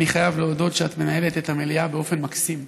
אני חייב להודות שאת מנהלת את המליאה באופן מקסים,